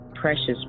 precious